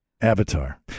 Avatar